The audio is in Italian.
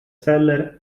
seller